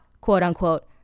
quote-unquote